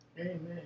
Amen